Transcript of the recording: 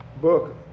book